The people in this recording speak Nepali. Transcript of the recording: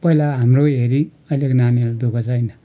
पहिला हाम्रो हेरि अहिलेको नानीहरू दु ख छैन